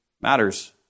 matters